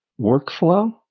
workflow